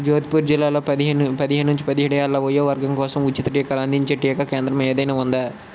జోధ్పూర్ జిల్లాలో పదిహేను పదిహేను నుంచి పదిహేడు ఏళ్ళ వయోవర్గం కోసం ఉచిత టీకాలు అందించే టీకా కేంద్రం ఏదైనా ఉందా